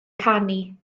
canu